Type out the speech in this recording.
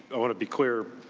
i want to be clear